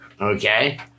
okay